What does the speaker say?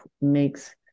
makes